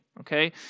okay